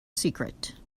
secret